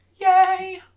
Yay